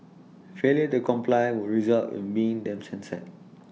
failure to comply would result A mean then sin said